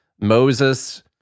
Moses